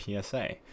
PSA